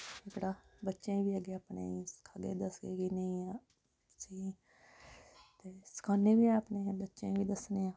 जेह्ड़ा बच्चे गी अपने गी अग्गें सखागे दसगे कि नेईं इ'यां ते सखान्ने बी आं अपने बच्चें गी दस्सने आंं